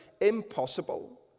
impossible